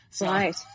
Right